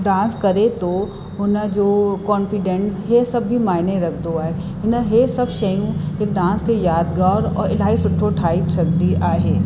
dance करे तो हुनजो कॉन्फिडैंस हे सभु बि माइने रखदो आहे हिन हे सभु शयूं हिकु डांस खे यादगार और इलाही सुठो ठाही सघंदी आहे